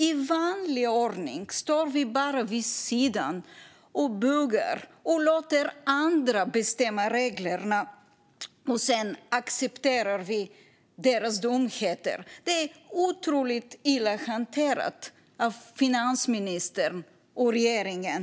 I vanlig ordning står vi bara vid sidan och bugar och låter andra bestämma reglerna, och sedan accepterar vi deras dumheter. Det är otroligt illa hanterat av finansministern och regeringen.